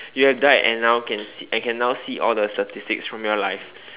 you have died and now can and can now see all the statistics from your life